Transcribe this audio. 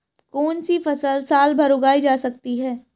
कौनसी फसल साल भर उगाई जा सकती है?